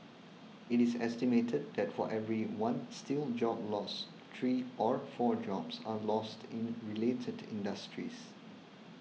it is estimated that for every one steel job lost three or four jobs are lost in related industries